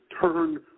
Turn